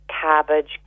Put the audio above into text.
cabbage